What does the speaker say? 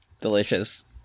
delicious